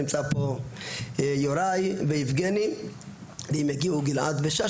נמצאים פה יוראי ויבגני ואם יגיעו גלעד ויפעת שאשא